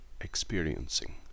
experiencing